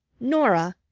norah,